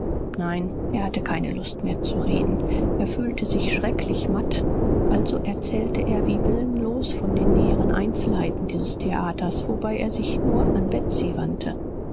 nein er hatte keine lust mehr zu reden er fühlte sich schrecklich matt also erzählte er wie willenlos von den näheren einzelheiten dieses theaters wobei er sich nur an betsy wandte